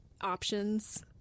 options